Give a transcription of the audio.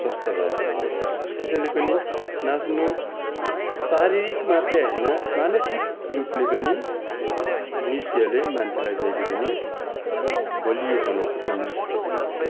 स्वास्थ्य भएर आउँछ त्यसैले पनि नाच्नु शारीरिक मात्र होइन मानसिक रूपले पनि नृत्यले मान्छेलाई जहिले पनि बलियो बनाउँछ तन्दुरुस्त बनाउँछ